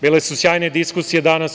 Bile su sjajne diskusije danas.